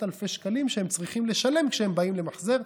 אלפי שקלים שהם צריכים לשלם כשהם באים למחזר,